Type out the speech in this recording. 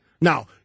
Now